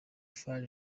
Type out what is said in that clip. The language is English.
fall